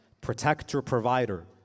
Protector-provider